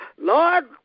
Lord